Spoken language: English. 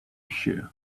issue